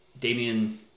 Damian